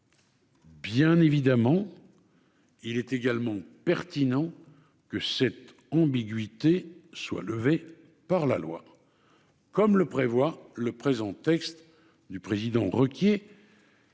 Bien évidemment, il est également pertinent que cette ambiguïté soit levée par la loi, comme le prévoit le présent texte du président Ruquier.